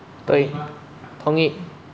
对同意